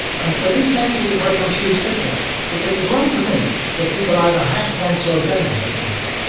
and so this makes ah for a confused picture because it's wrong to think that people either have cancer or don't have cancer.